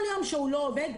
כל יום שהוא לא עובד,